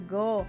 go